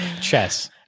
chess